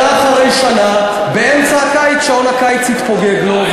שנה אחרי שנה, באמצע הקיץ שעון הקיץ התפוגג לו.